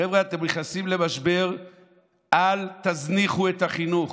חבר'ה, אתם נכנסים למשבר, אל תזניחו את החינוך.